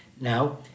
Now